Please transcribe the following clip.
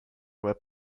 were